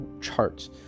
charts